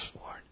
Lord